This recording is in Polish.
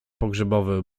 pogrzebowy